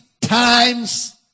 times